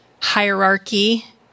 hierarchy